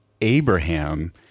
Abraham